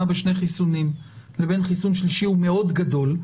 בשני חיסונים לבין חיסון שלישי הוא מאוד גדול,